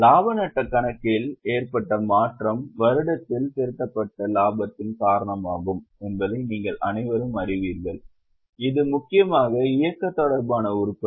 இலாப நட்டக் கணக்கில் ஏற்பட்ட மாற்றம் வருடத்தில் திரட்டப்பட்ட இலாபத்தின் காரணமாகும் என்பதை நீங்கள் அனைவரும் அறிவீர்கள் இது முக்கியமாக இயக்க தொடர்பான உருப்படி